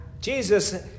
Jesus